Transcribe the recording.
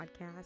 podcast